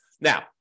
Now